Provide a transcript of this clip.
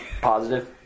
Positive